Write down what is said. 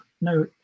no